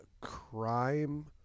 crime